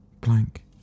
blank